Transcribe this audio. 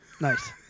nice